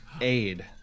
aid